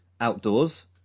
outdoors